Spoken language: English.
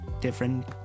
different